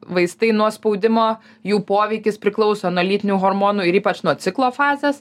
vaistai nuo spaudimo jų poveikis priklauso nuo lytinių hormonų ir ypač nuo ciklo fazės